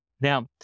Now